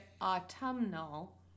autumnal